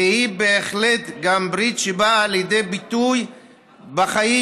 והיא בהחלט גם ברית שבאה לידי ביטוי בחיים,